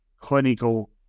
clinical